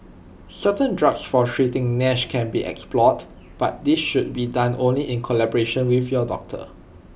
certain drugs for treating Nash can be explored but this should be done only in collaboration with your doctor